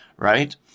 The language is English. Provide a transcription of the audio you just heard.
right